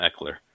eckler